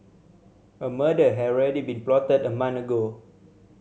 a murder had already been plotted a month ago